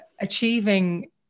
achieving